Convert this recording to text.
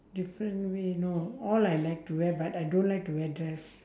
different way no all I like to wear but I don't like to wear dress